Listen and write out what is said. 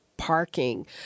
parking